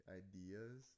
ideas